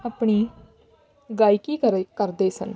ਆਪਣੀ ਗਾਇਕੀ ਕਰੇ ਕਰਦੇ ਸਨ